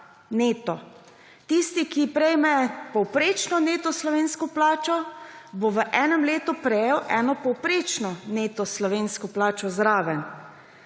Tisti, ki prejme poprečno neto slovensko plačo, bo v enem letu prejel eno povprečno neto slovensko plačo zraven.